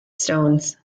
stones